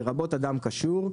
לרבות אדם קשור,